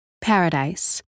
Paradise